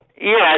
Yes